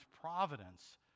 providence